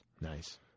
nice